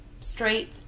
straight